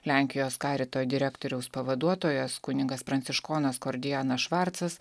lenkijos karito direktoriaus pavaduotojas kunigas pranciškonas kordianas švarcas